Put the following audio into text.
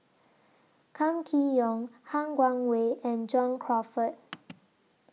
Kam Kee Yong Han Guangwei and John Crawfurd